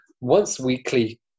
once-weekly